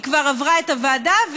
היא כבר עברה את הוועדה,